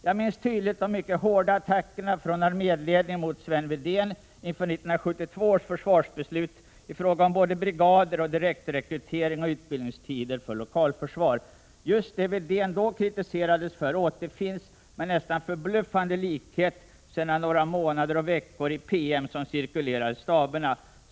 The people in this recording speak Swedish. Jag minns tydligt de mycket hårda attackerna från arméledningen mot Sven Wedén inför 1972 års försvarsbeslut i fråga om såväl brigader som direktrekrytering och utbildningstider när det gällde lokalförsvar. Just det Wedén då kritiserades för återfinns med nästan förbluffande likhet sedan några månader eller veckor i PM som cirkulerar i staberna.